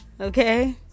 Okay